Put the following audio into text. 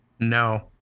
No